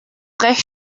recht